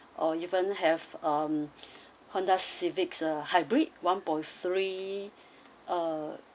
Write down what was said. or even have um Honda civic ah hybrid one point three uh